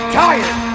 tired